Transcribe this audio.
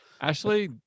ashley